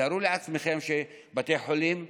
תארו לעצמכם שבתי חולים קורסים.